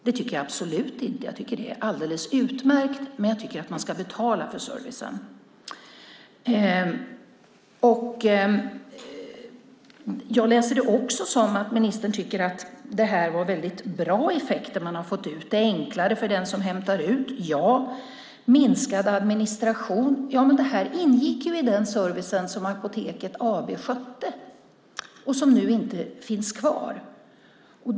Det tycker jag absolut inte. Jag tycker att det är alldeles utmärkt men att man ska betala för servicen. Jag läser svaret också som att ministern tycker att det var väldigt bra effekter man har fått. Det är enklare för dem som hämtar ut. Ja, det är det. Det är minskad administration. Men det ingick ju i den service som Apoteket AB tillhandahöll och som nu inte finns kvar.